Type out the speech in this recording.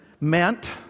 meant